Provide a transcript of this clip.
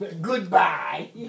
Goodbye